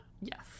Yes